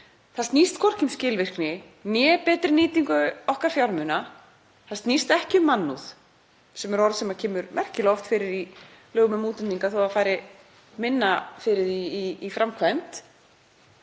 snýst hvorki um skilvirkni né betri nýtingu fjármuna okkar. Það snýst ekki um mannúð sem er orð sem kemur merkilega oft fyrir í lögum um útlendinga þó að þar fari minna fyrir því í framkvæmd.